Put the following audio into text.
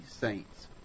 saints